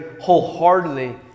wholeheartedly